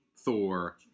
Thor